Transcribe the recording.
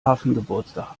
hafengeburtstag